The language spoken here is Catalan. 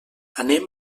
anem